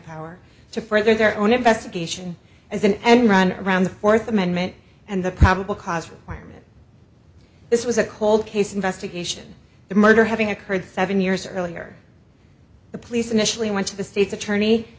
power to further their own investigation as an end run around the fourth amendment and the probable cause for alarm and this was a cold case investigation the murder having occurred seven years earlier the police initially went to the state's attorney